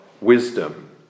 wisdom